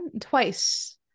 twice